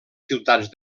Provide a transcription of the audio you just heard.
ciutats